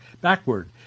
backward